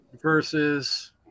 Versus